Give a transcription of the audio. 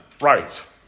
right